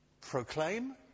Proclaim